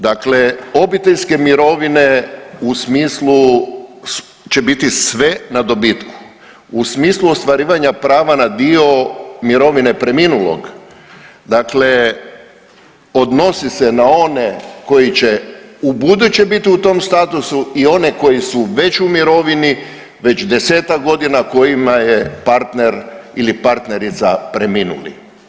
Dakle, obiteljske mirovine u smislu će biti sve na dobitku u smislu ostvarivanja prava na dio mirovine preminulog, dakle odnosi se na one koji će u buduće biti u tom statusu i one koji su već u mirovini, već desetak godina kojima je partner ili partnerica preminuli.